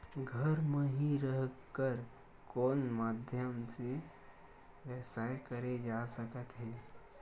घर म हि रह कर कोन माध्यम से व्यवसाय करे जा सकत हे?